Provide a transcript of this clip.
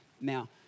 Now